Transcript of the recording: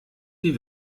die